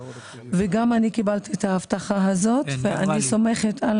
גם אני קיבלתי את ההבטחה הזאת ואני סומכת על